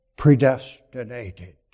predestinated